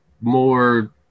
more